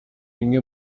bimwe